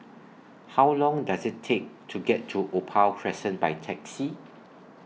How Long Does IT Take to get to Opal Crescent By Taxi